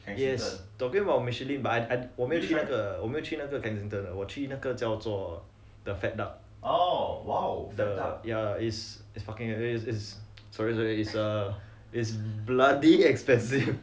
yes talking about michelin but I 我没有去那个 kensington 的我去那个叫做 the fat duck ya ya it's fucking expensive sorry sorry is a is bloody expensive